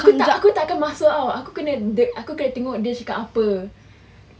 aku tak aku tak kan masuk [tau] aku kena dia aku kena tengok cakap apa